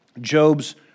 Job's